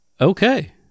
Okay